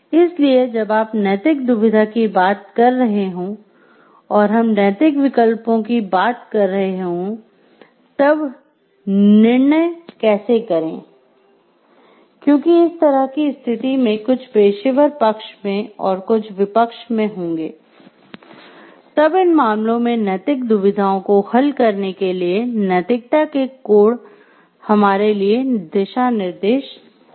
इसलिए जब आप नैतिक दुविधा की बात कर रहे हों और हम नैतिक विकल्पों की बात कर रहे हों तब निर्णय कैसे करें क्योंकि इस तरह की स्थिति मे कुछ पेशेवर पक्ष में और कुछ विपक्ष में होंगे तब इन मामलों में नैतिक दुविधाओं को हल करने के लिए नैतिकता के कोड हमारे लिए दिशानिर्देश होंगे